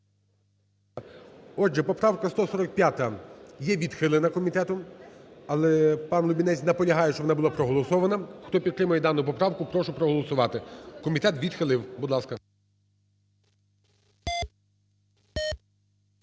Отже, поправка 145 є відхилена комітетом, але пан Лубінець наполягає, щоб вона була проголосована. Хто підтримує дану поправку, прошу проголосувати. Комітет відхилив. Будь ласка.